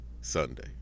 Sunday